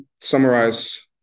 summarize